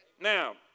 Now